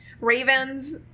Ravens